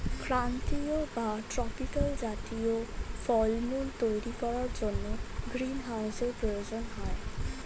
ক্রান্তীয় বা ট্রপিক্যাল জাতীয় ফলমূল তৈরি করার জন্য গ্রীনহাউসের প্রয়োজন হয়